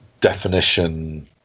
Definition